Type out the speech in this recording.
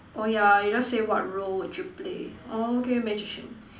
orh ya you just say what role would you play orh okay magician